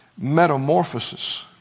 metamorphosis